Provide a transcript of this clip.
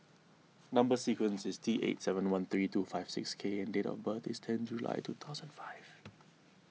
Number Sequence is T eight seven one three two five six K and date of birth is ten July two thousand five